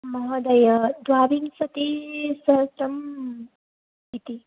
महोदये द्वाविंशतिसहस्रम् इति